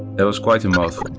that was quite a mouthful.